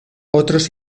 otros